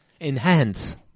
enhance